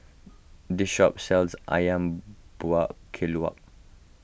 this shop sells Ayam Buah Keluak